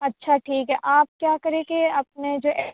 اچھا ٹھیک ہے آپ کیا کریں کہ اپنے جو